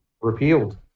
repealed